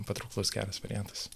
patrauklus geras variantas